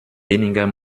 weniger